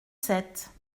sept